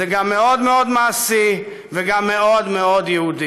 זה גם מאוד מאוד מעשי, וגם מאוד מאוד יהודי".